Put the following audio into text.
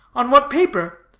on what paper?